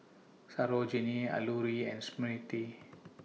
Sarojini Alluri and Smriti